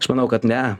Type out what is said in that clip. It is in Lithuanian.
aš manau kad ne